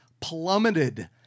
plummeted